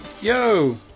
Yo